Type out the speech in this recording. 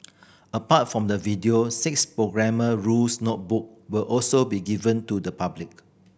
apart from the videos six Grammar Rules notebook will also be given to the public